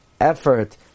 effort